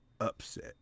upset